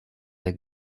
der